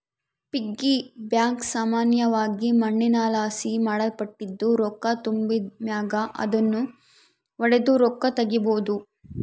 piggy bank ಸಾಮಾನ್ಯವಾಗಿ ಮಣ್ಣಿನಲಾಸಿ ಮಾಡಲ್ಪಟ್ಟಿದ್ದು, ರೊಕ್ಕ ತುಂಬಿದ್ ಮ್ಯಾಗ ಅದುನ್ನು ಒಡುದು ರೊಕ್ಕ ತಗೀಬೋದು